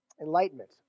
enlightenment